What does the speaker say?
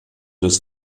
des